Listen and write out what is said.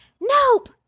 Nope